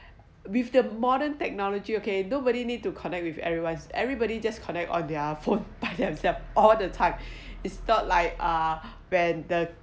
with the modern technology okay nobody need to connect with everyone's everybody just connect or their phone by themselves all the time it's not like uh when the